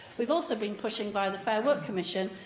we've also been pushing, via the fair work commission,